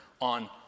on